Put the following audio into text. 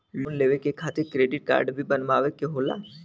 Loan लेवे खातिर credit काडे भी बनवावे के होला?